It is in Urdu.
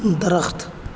درخت